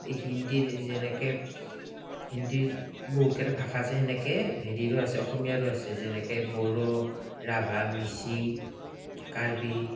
হিন্দীৰ যেনেকে হিন্দীৰ বহুত কেইটা ভাষা আছে সেনেকে হেৰিৰো আছে অসমীয়াৰো আছে যেনেকে বড়ো ৰাভা মিচিং কাৰ্বি